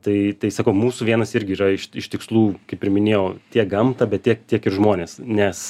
tai tai sakau mūsų vienas irgi yra iš iš tikslų kaip ir minėjau tiek gamtą bet tiek tiek ir žmones nes